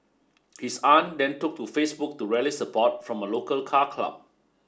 his aunt then took to Facebook to rally support from a local car club